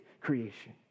creation